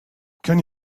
can